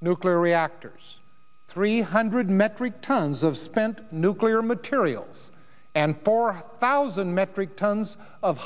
nuclear reactors three hundred metric tons of spent nuclear materials and four thousand metric tons of